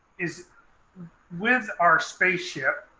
is with our spaceship,